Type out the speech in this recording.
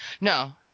No